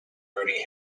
rudi